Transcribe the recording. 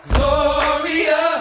Gloria